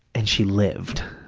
and she lived.